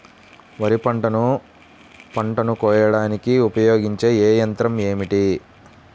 వరిపంటను పంటను కోయడానికి ఉపయోగించే ఏ యంత్రం ఏమిటి?